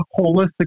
holistic